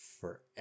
forever